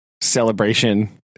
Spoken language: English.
celebration